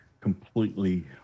completely